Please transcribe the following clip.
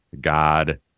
God